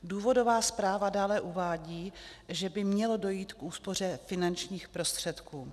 Důvodová zpráva dále uvádí, že by mělo dojít k úspoře finančních prostředků.